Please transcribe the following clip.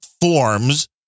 forms